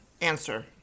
answer